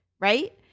Right